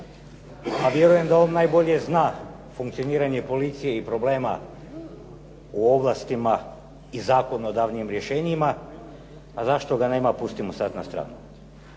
a vjerujem da on najbolje zna funkcioniranje policije i problema u ovlastima i zakonodavnim rješenjima. A zašto ga nema, pustimo sad na stranu.